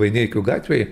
vaineikių gatvėj